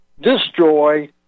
destroy